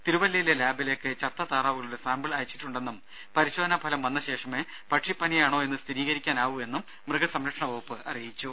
തിരുവല്ലയിലെ ലാബിലേക്ക് ചത്ത താറാവുകളുടെ സാമ്പിൾ അയച്ചിട്ടുണ്ടെന്നും പരിശോധനാ ഫലം വന്ന ശേഷമേ പക്ഷിപ്പനിയാണോയെന്ന് സ്ഥിരീകരിക്കാനാവൂ എന്നും മൃഗസംരക്ഷണ വകുപ്പ് അറിയിച്ചു